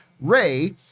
Ray